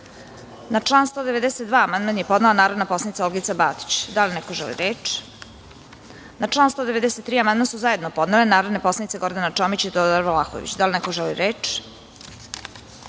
član 192. amandman je podnela narodna poslanica Olgica Batić. Da li neko želi reč? (Ne)Na član 193. amandman su zajedno podnele narodne poslanice Gordana Čomić i Teodora Vlahović. Da li neko želi reč?